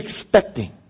expecting